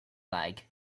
like